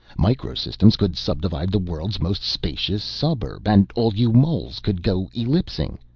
micro systems could subdivide the world's most spacious suburb and all you moles could go ellipsing.